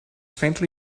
faintly